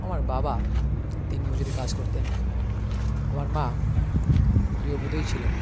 আমার বাবা দিনমজুরি কাজ করতেন আমার মা গৃহবধূই ছিলেন